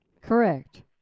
Correct